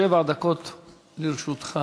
שבע דקות לרשותך.